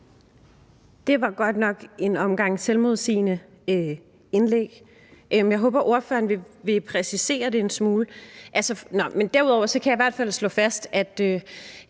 Det var godt nok et selvmodsigende indlæg. Jeg håber, at ordføreren vil præcisere det en smule. Men derudover kan jeg i hvert fald slå fast, at